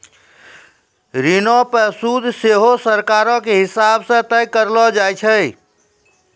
ऋणो पे सूद सेहो सरकारो के हिसाब से तय करलो जाय छै